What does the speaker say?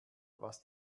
was